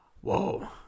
Whoa